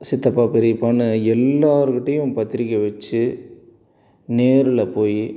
சித்தப்பா பெரியப்பான்னு எல்லாருக்கிட்டையும் பத்திரிக்கை வச்சு நேரில் போய்